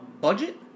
budget